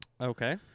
okay